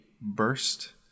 burst